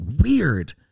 weird